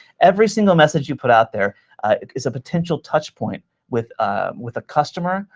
every single message you put out there is a potential touchpoint with ah with a customer,